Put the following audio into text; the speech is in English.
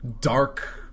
dark